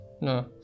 no